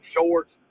Shorts